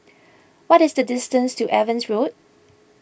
what is the distance to Evans Road